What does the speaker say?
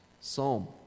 psalm